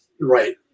right